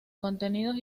contenidos